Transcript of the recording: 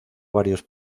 varios